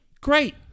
great